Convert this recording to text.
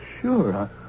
sure